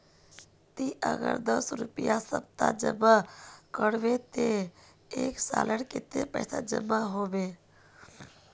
ती अगर दस रुपया सप्ताह जमा करबो ते एक सालोत कतेरी पैसा जमा होबे बे?